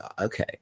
okay